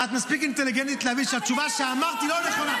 את מספיק אינטליגנטית להבין שהתשובה שאמרת היא לא נכונה.